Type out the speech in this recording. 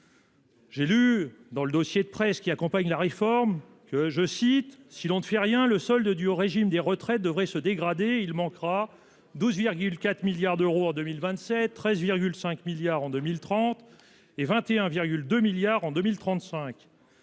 J'ai lu dans le dossier de presse qui accompagne la réforme que je cite, si l'on ne fait rien. Le solde du régime des retraites devrait se dégrader. Il manquera 12,4 milliards d'euros en 2027 13, 5 milliards en 2030 et 21,2 milliards en 2035.